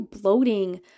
bloating